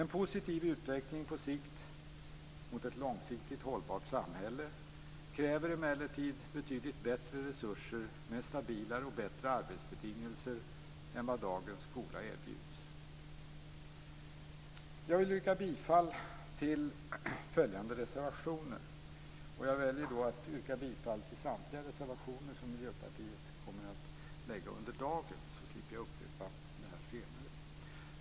En positiv utveckling på sikt mot ett långsiktigt hållbart samhälle kräver emellertid betydligt bättre resurser med stabilare och bättre arbetsbetingelser än vad dagens skola erbjuder. Jag yrkar bifall till samtliga de reservationer som Miljöpartiet under dagen kommer att ta upp.